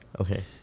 okay